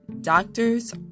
Doctors